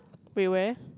wait where